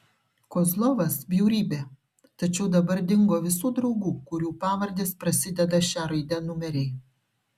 kozlovas bjaurybė tačiau dabar dingo visų draugų kurių pavardės prasideda šia raide numeriai